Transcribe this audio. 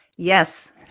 Yes